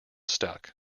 stuck